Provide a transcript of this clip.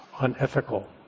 unethical